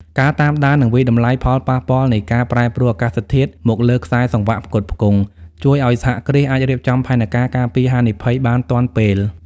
ការតាមដាន និងវាយតម្លៃផលប៉ះពាល់នៃការប្រែប្រួលអាកាសធាតុមកលើខ្សែសង្វាក់ផ្គត់ផ្គង់ ជួយឱ្យសហគ្រាសអាចរៀបចំផែនការការពារហានិភ័យបានទាន់ពេល។